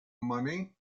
money